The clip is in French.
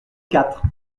quatre